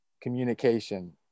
communication